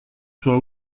soit